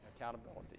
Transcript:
Accountability